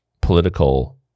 political